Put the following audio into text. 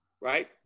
right